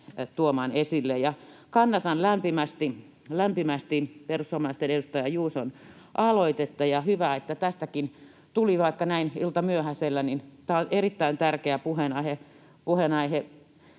tuomaan esille. Kannatan lämpimästi perussuomalaisten edustaja Juuson aloitetta, ja hyvä, että tästäkin tuli puhetta, vaikka näin iltamyöhäisellä. Tämä on erittäin tärkeä puheenaihe.